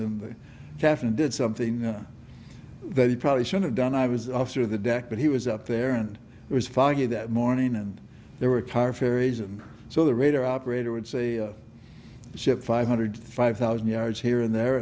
in the calf and did something that he probably should have done i was after the deck but he was up there and it was foggy that morning and there were car ferries and so the radar operator would say ship five hundred five thousand yards here and there